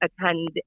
attend